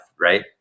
Right